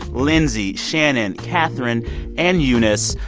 lindsey, shannon, katherine and eunice.